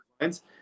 lines